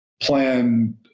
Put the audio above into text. plan